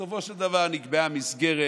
בסופו של דבר נקבעה מסגרת,